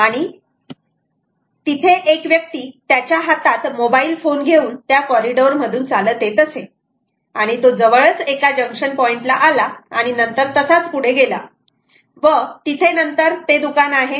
आणि तिथे एक व्यक्ती त्याच्या हातात मोबाईल फोन घेऊन त्या कॉरिडोर मधून चालत येत असेल आणि तो जवळच एका जंक्शन पॉइंट ला आला आणि नंतर तसाच पुढे गेला व तिथे नंतर ते दुकान आहे